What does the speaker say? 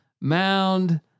mound